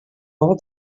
all